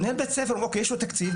מנהל בית הספר, יש לו תקציב.